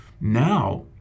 Now